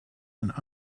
and